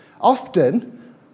Often